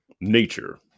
Nature